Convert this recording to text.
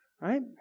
right